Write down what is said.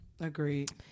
Agreed